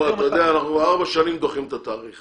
אתה יודע, אנחנו ארבע שנים דוחים את התאריך.